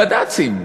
הבד"צים,